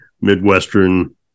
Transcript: Midwestern